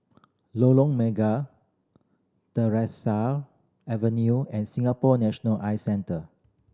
Lorong Mega Avenue and Singapore National Eye Centre